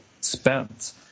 spent